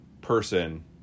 person